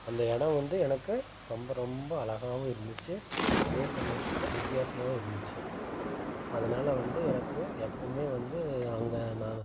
அந்த இடம் வந்து எனக்கு ரொம்ப ரொம்ப அழகாகவும் இருந்துச்சு அதே சமயத்தில் வித்தியாசமாகவும் இருந்துச்சு அதனால வந்து எனக்கு எப்பவுமே வந்து அங்கே நான்